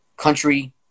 country